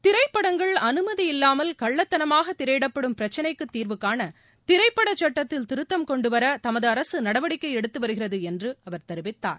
திரைப்படங்கள் அனுமதியில்லாமல் கள்ளத்தனமாக திரையிடப்படும் பிரச்சினைக்கு தீர்வுகாண திரைப்படச் சுட்டத்தில் திருத்தம் கொண்டுவர தமது அரசு நடவடிக்கை எடுத்து வருகிறது என்று அவர் தெரிவித்தார்